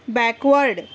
backward